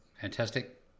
Fantastic